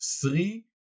three